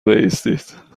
بایستید